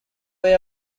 way